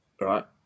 right